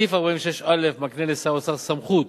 סעיף 46(א) מקנה לשר האוצר סמכות